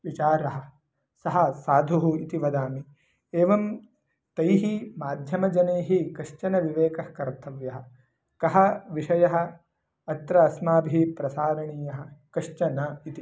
विचारः सः साधुः इति वदामि एवं तैः माध्यमजनैः कश्चन विवेकः कर्तव्यः कः विषयः अत्र अस्माभिः प्रसारणीयः कश्च न इति